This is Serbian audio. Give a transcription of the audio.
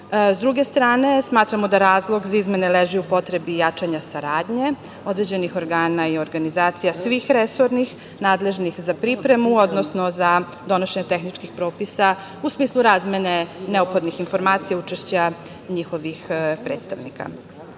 druge strane, smatramo da razlog za izmene leži u potrebi jačanja saradnje određenih organa i organizacija svih resornih nadležnih za pripremu, odnosno za donošenje tehničkih propisa u smislu razmene neophodnih informacija, učešća njihovih predstavnika. Da